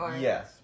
Yes